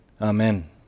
Amen